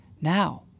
Now